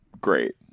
great